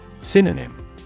Synonym